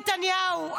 נתניהו,